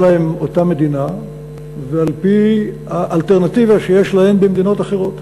להם אותה מדינה ועל-פי האלטרנטיבה שיש להם במדינות אחרות.